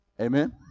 Amen